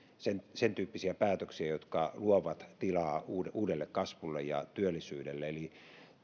sentyyppisiä päätöksiä jotka luovat tilaa uudelle kasvulle ja työllisyydelle eli